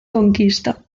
conquista